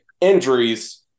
injuries